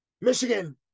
Michigan